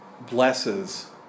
blesses